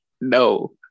no